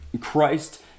Christ